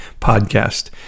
podcast